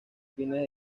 fines